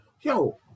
yo